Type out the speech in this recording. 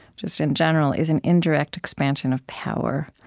just in general, is an indirect expansion of power.